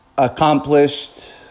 accomplished